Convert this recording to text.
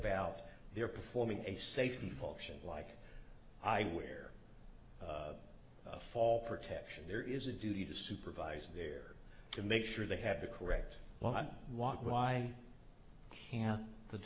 about they're performing a safety function like i wear a fall protection there is a duty to supervise their to make sure they have the correct well i want why can't the